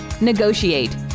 negotiate